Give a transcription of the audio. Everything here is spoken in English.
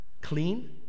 clean